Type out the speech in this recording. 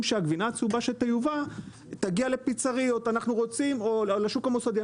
שהגבינה הצהובה שתיובא תגיע לפיצריות או לשוק המוסדי,